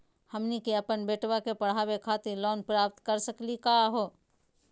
हमनी के अपन बेटवा क पढावे खातिर लोन प्राप्त कर सकली का हो?